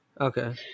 Okay